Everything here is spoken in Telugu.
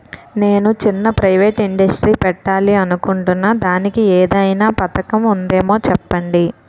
నేను చిన్న ప్రైవేట్ ఇండస్ట్రీ పెట్టాలి అనుకుంటున్నా దానికి ఏదైనా పథకం ఉందేమో చెప్పండి?